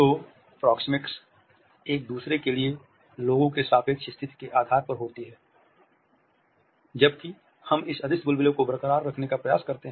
तो प्रॉक्सिमिक्स एक दूसरे के लिए लोगों की सापेक्ष स्थिति के आधार पर होती है जबकि हम इस अदृश्य बुलबुले को बरकरार रखने का प्रयास करते हैं